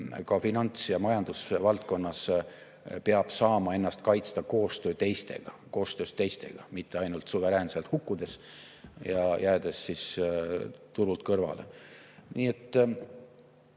ka finants‑ ja majandusvaldkonnas, peab saama ennast kaitsta koostöös teistega, mitte ainult suveräänselt kukkudes ja jäädes siis turult kõrvale. Nii et